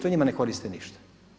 To njima ne koristi ništa.